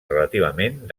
relativament